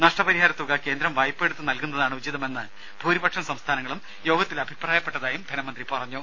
നഷ്ടപരിഹാരത്തുക കേന്ദ്രം വായ്പയെടുത്തു നൽകുന്നതാണ് ഉചിതമെന്ന് ഭൂരിപക്ഷം സംസ്ഥാനങ്ങളും യോഗത്തിൽ അഭിപ്രായപ്പെട്ടതായും ധനമന്ത്രി പറഞ്ഞു